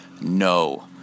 no